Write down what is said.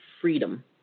freedom